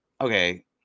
okay